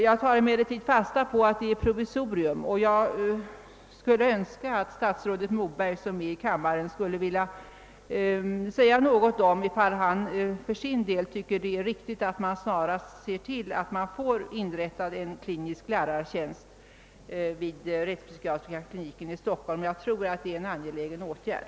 Jag tar emellertid fasta på att det är ett provisorium, och jag skulle önska att statsrådet Moberg, som är i kammaren, ville säga något om huruvida han för sin del tvcker att det är riktigt att man snarast ser till att en klinisk lärartjänst inrättas vid rättspsykiatriska kliniken i Stockholm — jag tror det är en angelägen åtgärd.